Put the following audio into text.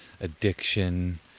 addiction